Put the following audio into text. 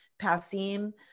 Passim